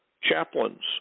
Chaplains